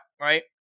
right